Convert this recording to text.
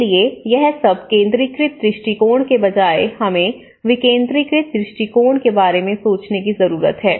इसलिए यह सब केंद्रीकृत दृष्टिकोण के बजाय हमें विकेंद्रीकृत दृष्टिकोण के बारे में सोचने की जरूरत है